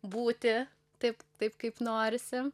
būti taip taip kaip norisi